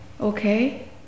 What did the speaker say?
Okay